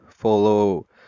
Follow